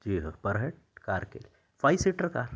جی ہاں پر ہیڈ کار کے فائیو سیٹر کا